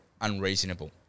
unreasonable